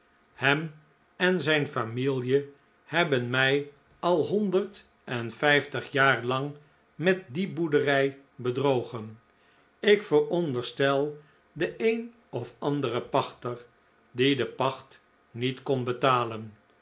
hem en zijn famielje hebben mij al honderd en vijftig jaar lang met die boerderij bedrogen ik veronderstel de een of andere pachter die de pacht niet kon betalen